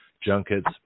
junkets